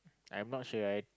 I'm not sure I